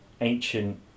ancient